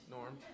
Norm